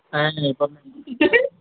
నేను వెళ్ళిపోతున్నానండి